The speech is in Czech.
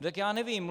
Tak já nevím.